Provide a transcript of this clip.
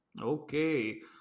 Okay